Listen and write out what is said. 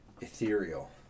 ethereal